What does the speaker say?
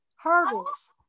Hurdles